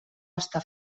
està